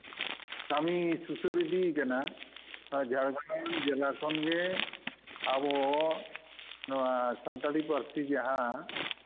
ᱠᱟᱹᱢᱤ ᱥᱩᱥᱟᱹᱨ ᱤᱫᱤᱭᱟᱠᱟᱱᱟ ᱡᱷᱟᱲᱜᱨᱟᱢ ᱡᱮᱞᱟ ᱠᱷᱚᱱ ᱜᱮ ᱟᱵᱚ ᱱᱚᱣᱟ ᱥᱟᱱᱛᱟᱲᱤ ᱯᱟᱹᱨᱥᱤ ᱡᱟᱦᱟᱸ